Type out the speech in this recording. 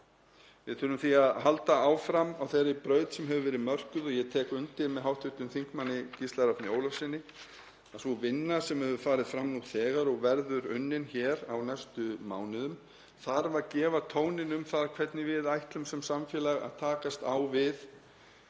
Við þurfum því að halda áfram á þeirri braut sem hefur verið mörkuð og ég tek undir með hv. þm. Gísla Rafni Ólafssyni að sú vinna sem hefur farið fram nú þegar og verður unnin hér á næstu mánuðum þarf að gefa tóninn um það hvernig við ætlum sem samfélag að takast á við